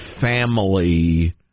family